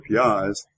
APIs